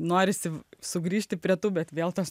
norisi sugrįžti prie tų bet vėl tas